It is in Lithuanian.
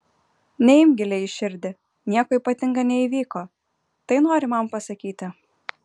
neimk giliai į širdį nieko ypatinga neįvyko tai nori man pasakyti